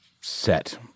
set